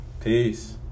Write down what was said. Peace